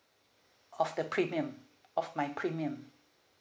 of the premium of my premium